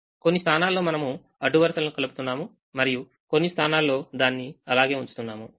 కొన్ని స్థానాలలో మనము అడ్డు వరుసలకు కలుపుతున్నాము మరియు కొన్ని స్థానాల్లోదానిని అలాగే ఉంచుతున్నాము